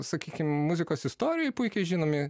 sakykim muzikos istorijoj puikiai žinomi